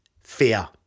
Fear